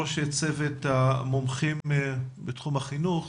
ראש צוות המומחים בתחום החינוך.